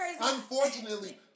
Unfortunately